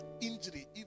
injury